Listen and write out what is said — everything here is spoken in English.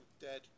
dead